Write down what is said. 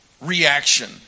reaction